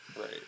right